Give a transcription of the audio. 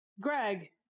Greg